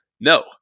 No